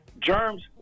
germs